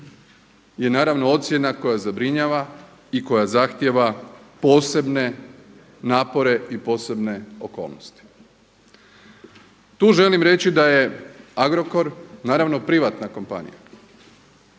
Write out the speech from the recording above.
i naravno ocjena koja zabrinjava i koja zahtijeva posebne napore i posebne okolnosti. Tu želim reći da je Agrokor naravno privatna kompanija,